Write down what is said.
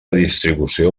distribució